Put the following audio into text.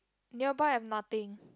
nearby I'm nothing